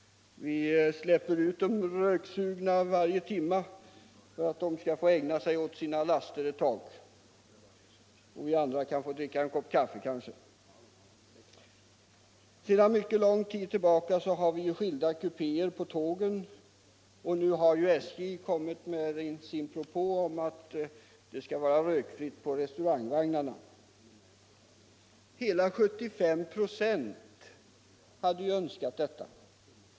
Vi släpper ut de röksugna varje timma för att de skall få ägna sig åt sina laster ett tag, och vi andra kan få dricka en kopp kaffe kanske. Sedan mycket lång tid tillbaka finns det skilda kupéer för rökare och icke-rökare på tågen. Nu har SJ kommit med en propå om att det skall vara rökfritt i restaurangvagnarna. Hela 75 96 hade önskat det.